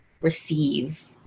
receive